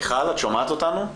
מיכל, את שומעת אותנו?